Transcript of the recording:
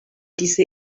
diese